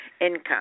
income